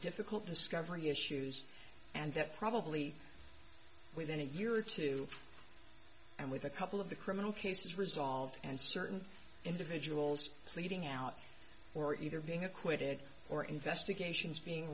difficult discovery issues and that probably within a year or two and with a couple of the criminal case resolved and certain individuals pleading out for either being acquitted or investigations being